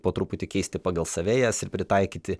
po truputį keisti pagal save jas ir pritaikyti